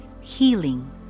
healing